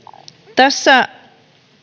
tässä